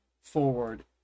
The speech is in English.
forward